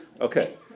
Okay